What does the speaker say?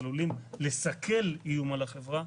עלולים לסכל איום על החברה,